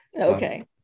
okay